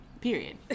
Period